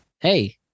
hey